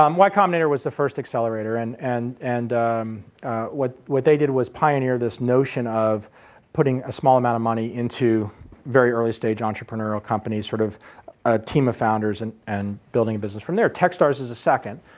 um y combinator was the first accelerator and and and what what they did was pioneer this notion of putting a small amount of money into very early stage entrepreneurial companies sort of a team of founders and and building a business from there. techstars is the second.